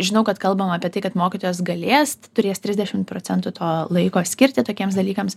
žinau kad kalbama apie tai kad mokytojas galės turės trisdešim procentų to laiko skirti tokiems dalykams